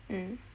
mm